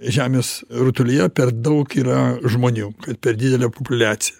žemės rutulyje per daug yra žmonių kad per didelė populiacija